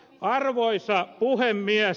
arvoisa puhemies